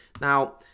Now